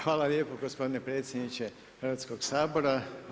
Hvala lijepo gospodine predsjedniče Hrvatskog sabora.